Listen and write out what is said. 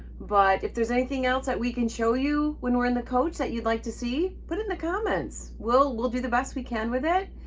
but if there's anything else that we can show you when we're in the coach that you'd like to see put in the comments, we'll we'll do the best we can with it.